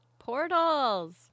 portals